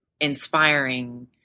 inspiring